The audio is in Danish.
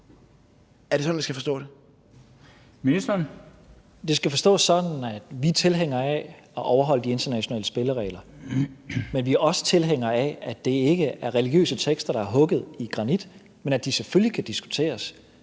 (Mattias Tesfaye): Det skal forstås sådan, at vi er tilhængere af at overholde de internationale spilleregler, men vi er også tilhængere af, at de ikke opfattes som religiøse tekster, der er hugget i granit, og at de selvfølgelig kan diskuteres,